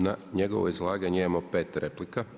Na njegovo izlaganje imamo 5 replika.